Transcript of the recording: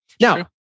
Now